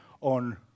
on